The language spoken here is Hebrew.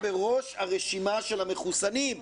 בראש הרשימה של המחוסנים.